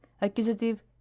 accusative